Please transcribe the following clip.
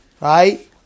right